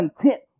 content